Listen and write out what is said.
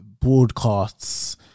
broadcasts